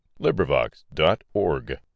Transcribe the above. LibriVox.org